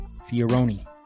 fioroni